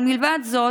מלבד זאת,